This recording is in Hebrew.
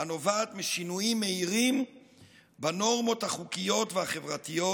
הנובעת משינויים מהירים בנורמות החוקיות והחברתיות,